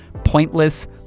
pointless